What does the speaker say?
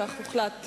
כך הוחלט.